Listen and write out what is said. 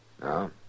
No